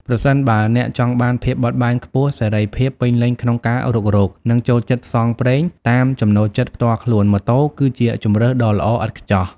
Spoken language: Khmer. ប្រសិនបើអ្នកចង់បាន ភាពបត់បែនខ្ពស់ សេរីភាព ពេញលេញក្នុងការរុករក និងចូលចិត្ត ផ្សងព្រេង តាមចំណូលចិត្តផ្ទាល់ខ្លួន ម៉ូតូ គឺជាជម្រើសដ៏ល្អឥតខ្ចោះ។